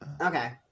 Okay